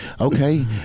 Okay